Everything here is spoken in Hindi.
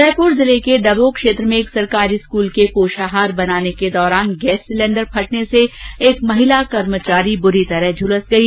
उदयपुर जिले के डबोक क्षेत्र में एक सरकारी स्कूल के पोषाहार बनाने के दौरान गैस सिलेण्डर फटने से एक महिला कर्मचारी बुरी तरह से झुलस गई